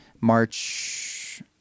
March